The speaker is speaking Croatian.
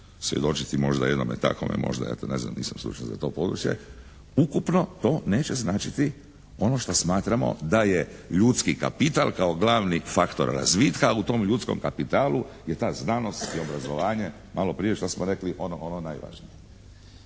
svjedočiti možda jednome takvome možda, ja to ne znam, nisam stručan za to područje, ukupno to neće značiti ono šta smatramo da je ljudski kapital kao glavni faktor razvitka u tom ljudskom kapitalu je ta znanost i obrazovanje maloprije što smo rekli ono najvažnije.